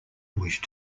wish